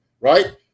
right